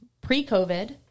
pre-COVID